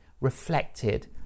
reflected